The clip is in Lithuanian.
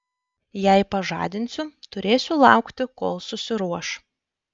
jei pažadinsiu turėsiu laukti kol susiruoš